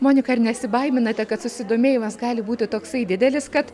monika ar nesibaiminate kad susidomėjimas gali būti toksai didelis kad